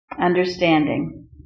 understanding